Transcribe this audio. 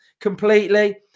completely